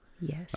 yes